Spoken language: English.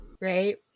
Right